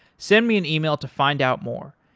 send me an email to find out more,